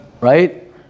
Right